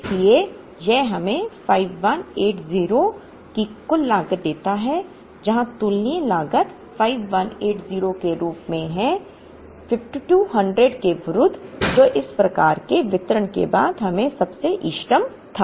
इसलिए यह हमें 5180 की कुल लागत देता है यहाँ तुलनीय लागत 5180 के रूप में है 5200 के विरुद्ध जो इस प्रकार के वितरण के बाद हमने सबसे इष्टतम था